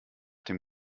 dem